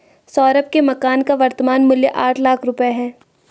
सौरभ के मकान का वर्तमान मूल्य आठ लाख रुपये है